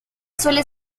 suele